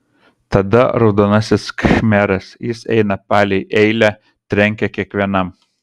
tada raudonasis khmeras jis eina palei eilę trenkia kiekvienam